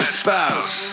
spouse